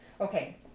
Okay